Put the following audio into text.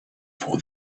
for